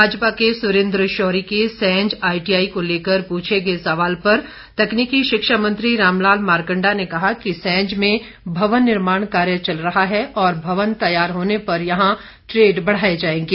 भाजपा के सुरेंद्र शौरी के सैंज आईटीआई को लेकर पूछे गए सवाल पर तकनीकी शिक्षा मंत्री रामलाल मारकंडा ने कहा कि सैंज में भवन निर्माण कार्य चल रहा है और भवन तैयार होने पर यहां ट्रेड बढ़ाए जाएंगे